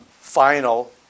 final